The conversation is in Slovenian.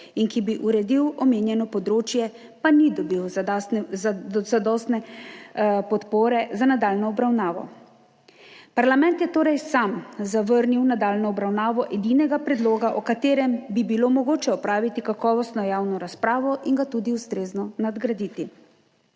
in ki bi uredil omenjeno področje, pa ni dobil zadostne podpore za nadaljnjo obravnavo. Parlament je torej sam zavrnil nadaljnjo obravnavo edinega predloga, o katerem bi bilo mogoče opraviti kakovostno javno razpravo in ga tudi ustrezno nadgraditi.